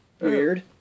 Weird